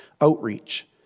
Outreach